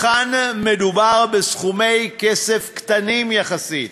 כאן מדובר בסכומי כסף קטנים יחסית.